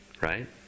right